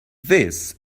this